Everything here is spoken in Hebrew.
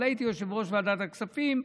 אבל הייתי יושב-ראש ועדת הכספים.